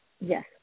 Yes